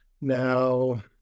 Now